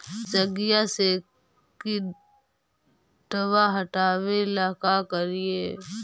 सगिया से किटवा हाटाबेला का कारिये?